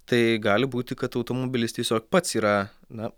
tai gali būti kad automobilis tiesiog pats yra na